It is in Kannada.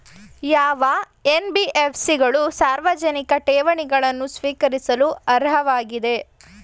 ಯಾವ ಎನ್.ಬಿ.ಎಫ್.ಸಿ ಗಳು ಸಾರ್ವಜನಿಕ ಠೇವಣಿಗಳನ್ನು ಸ್ವೀಕರಿಸಲು ಅರ್ಹವಾಗಿವೆ?